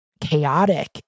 chaotic